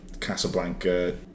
Casablanca